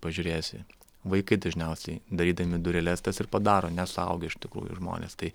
pažiūrėsi vaikai dažniausiai darydami dureles tas ir padaro ne suaugę iš tikrųjų žmonės tai